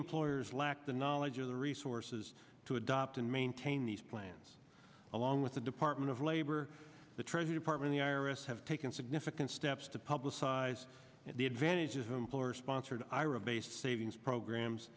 employers lack the knowledge of the resources to adopt and maintain these plans along with the department of labor the treasury department the i r s have taken significant steps to publicize the advantages of employer sponsored ira based savings programs